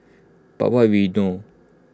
but what we know